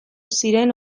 ziren